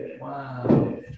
Wow